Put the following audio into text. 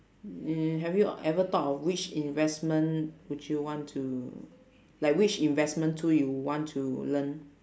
mm have you ever thought of which investment would you want to like which investment tool you want to learn